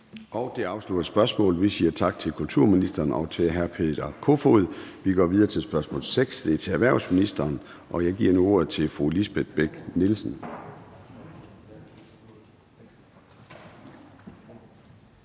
Og det afslutter spørgsmålet. Vi siger tak til kulturministeren og til hr. Peter Kofod. Vi går videre til spørgsmål nr. 6. Det er til erhvervsministeren af fru Lisbeth Bech-Nielsen.